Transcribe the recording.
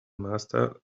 master